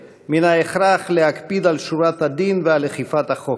מההכרח להקפיד על שורת הדין ועל אכיפת החוק,